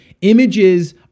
Images